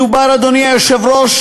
מדובר, אדוני היושב-ראש,